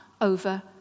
over